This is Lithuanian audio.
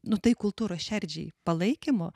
nu tai kultūros šerdžiai palaikymo